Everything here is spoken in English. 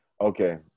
Okay